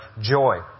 joy